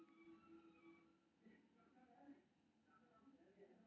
चालू खाता मे सेहो चेकक माध्यम सं भुगतानक सुविधा देल जाइ छै